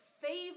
favorite